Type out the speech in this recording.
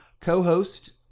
co-host